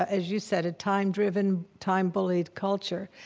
as you said, a time-driven, time-bullied culture.